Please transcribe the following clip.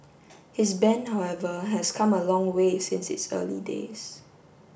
his band however has come a long way since its early days